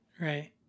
Right